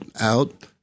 out